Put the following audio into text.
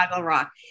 Rock